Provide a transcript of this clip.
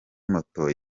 moto